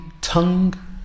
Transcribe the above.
tongue